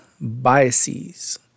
biases